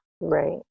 right